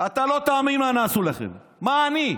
אתה לא תאמין מה הם יעשו לכם, מה אני,